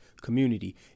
community